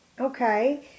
Okay